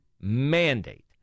mandate